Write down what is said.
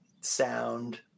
sound